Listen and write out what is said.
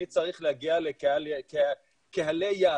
אני צריך להגיע לקהלי יעד,